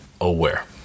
aware